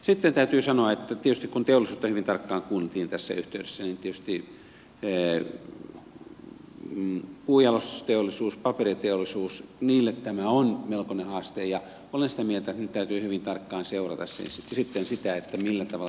sitten täytyy sanoa että tietysti kun teollisuutta hyvin tarkkaan kuunneltiin tässä yhteydessä niin tietysti puunjalostusteollisuudelle paperiteollisuudelle tämä on melkoinen haaste ja olen sitä mieltä että nyt täytyy hyvin tarkkaan seurata sitten sitä millä tavalla tämä vaikuttaa näitten yritysten kilpailukykyyn